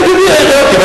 כן, ידידי, העיריות.